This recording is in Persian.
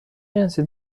جنسی